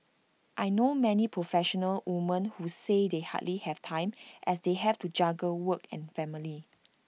I know many professional women who say they hardly have time as they have to juggle work and family